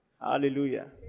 Hallelujah